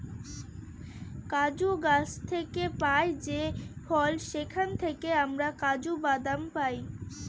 কাজু গাছ থেকে পাই যে ফল সেখান থেকে আমরা কাজু বাদাম পাই